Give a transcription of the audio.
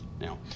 Now